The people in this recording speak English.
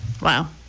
Wow